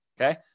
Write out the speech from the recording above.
Okay